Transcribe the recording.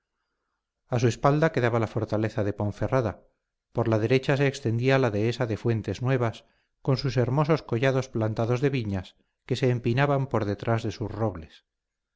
a su espalda quedaba la fortaleza de ponferrada por la derecha se extendía la dehesa de fuentes nuevas con sus hermosos collados plantados de viñas que se empinaban por detrás de sus robles